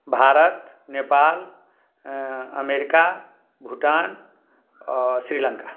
India Nepal America Bhutan Sri Lanka